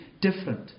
different